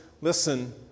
listen